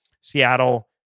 Seattle